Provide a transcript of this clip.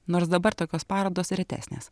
nors dabar tokios parodos retesnės